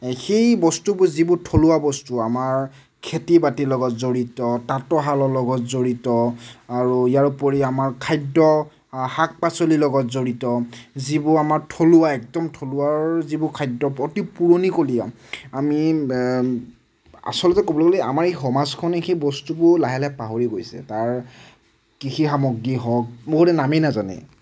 সেই বস্তুবোৰ যিবোৰ থলুৱা বস্তু আমাৰ খেতি বাতিৰ লগত জড়িত তাঁতৰ শালৰ লগত জড়িত আৰু ইয়াৰ উপৰি আমাৰ খাদ্য শাক পাচলিৰ লগত জড়িত যিবোৰ আমাৰ থলুৱা একদম থলুৱাৰ যিবোৰ খাদ্য অতি পুৰণিকলীয়া আমি আচলতে ক'বলৈ গ'লে আমাৰ এই সমাজখনে সেই বস্তুবোৰ লাহে লাহে পাহৰি গৈছে তাৰ কৃষি সামগ্ৰী হওক বহুতে নামেই নাজানে